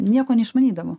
nieko neišmanydavo